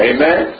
Amen